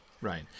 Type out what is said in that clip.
right